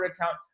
account